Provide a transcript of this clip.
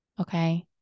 Okay